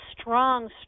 strong